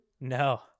no